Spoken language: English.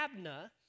Abna